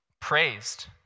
praised